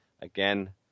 again